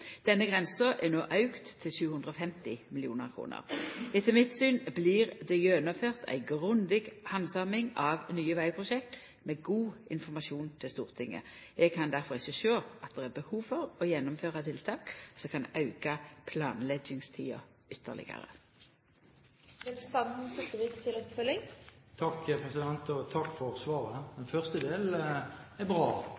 Denne grensa er no auka til 750 mill. kr. Etter mitt syn blir det gjennomført ei grundig behandling av nye vegprosjekt med god informasjon til Stortinget. Eg kan difor ikkje sjå at det er behov for å gjennomføra tiltak som kan auka